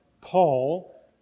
Paul